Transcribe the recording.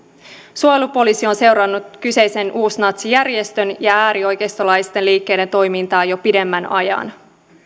suojelupoliisi on seurannut kyseisen uusnatsijärjestön ja äärioikeistolaisten liikkeiden toimintaa jo pidemmän aikaa